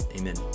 Amen